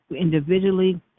individually